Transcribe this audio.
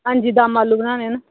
हां जी दम्म आल्लू बनाने न